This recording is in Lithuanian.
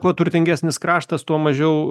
kuo turtingesnis kraštas tuo mažiau